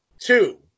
two